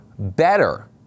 better